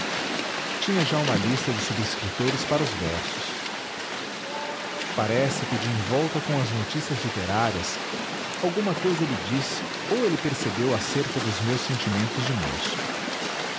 tinha já uma lista de subscritores para os versos parece que de envolta com as notícias literárias alguma cousa lhe disse ou ele percebeu acerca dos meus sentimentos de moço